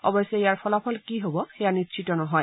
অৱশ্যে ইয়াৰ ফলাফল কি হব সেয়া নিশ্চিত নহয়